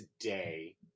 today